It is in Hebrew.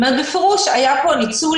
זאת אומרת, בפירוש היה פה ניצול